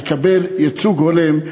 לקבל ייצוג הולם,